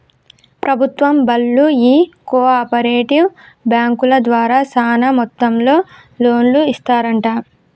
ప్రభుత్వం బళ్ళు ఈ కో ఆపరేటివ్ బాంకుల ద్వారా సాన మొత్తంలో లోన్లు ఇస్తరంట